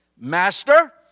Master